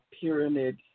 pyramid